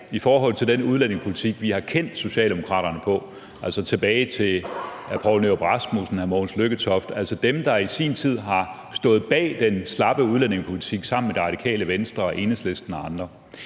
i forhold til den udlændingepolitik, vi har kendt Socialdemokraterne på, altså tilbage til Poul Nyrup Rasmussen og Mogens Lykketoft og dem, der i sin tid har stået bag den slappe udlændingepolitik sammen med Det Radikale Venstre og Enhedslisten og andre.